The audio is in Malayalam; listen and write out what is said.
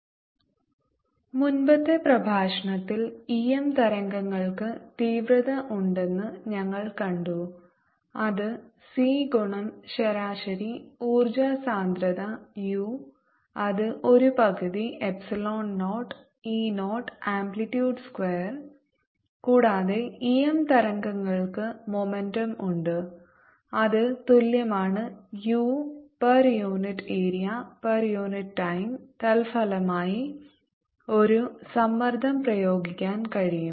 വൈദ്യുതകാന്തിക തരംഗങ്ങൾ വഹിക്കുന്ന ഊർജ്ജവും ആവേഗവും ഉദാഹരണങ്ങൾ മുമ്പത്തെ പ്രഭാഷണത്തിൽ ഈഎം തരംഗങ്ങൾക്ക് തീവ്രത ഉണ്ടെന്ന് ഞങ്ങൾ കണ്ടു അത് c ഗുണം ശരാശരി ഊർജ്ജ സാന്ദ്രത u അത് ഒരു പകുതി എപ്സിലോൺ 0 e 0 ആംപ്ലിറ്റ്യൂഡ് സ്ക്വയർ കൂടാതെ ഈഎം തരംഗങ്ങൾക്ക് മൊമെന്റം ഉണ്ട് അത് തുല്യമാണ് u per unit area per unit time തൽഫലമായി ഒരു സമ്മർദ്ദം പ്രയോഗിക്കാൻ കഴിയും